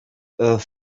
earth